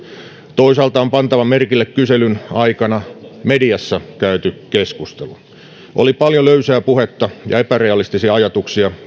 toisaalta on pantava merkille kyselyn aikana mediassa käyty keskustelu oli paljon löysää puhetta ja epärealistisia ajatuksia